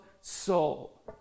soul